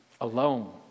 Alone